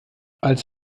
als